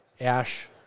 ash